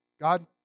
God